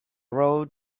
rode